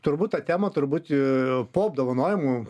turbūt tą temą turbūt po apdovanojimų